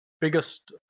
biggest